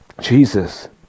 Jesus